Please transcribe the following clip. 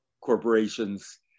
corporations